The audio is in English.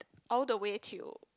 all the way till